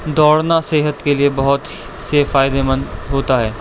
دوڑنا صحت کے لیے بہت سے فائدےمند ہوتا ہے